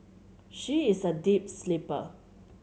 she is a deep sleeper